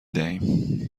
دهیم